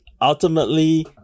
ultimately